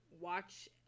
watch